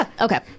Okay